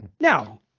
now